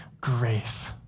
grace